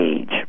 age